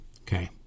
okay